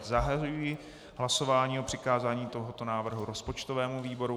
Zahajuji hlasování o přikázání tohoto návrhu rozpočtovému výboru.